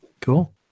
Cool